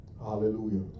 Hallelujah